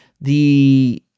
the-